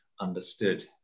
understood